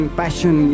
passion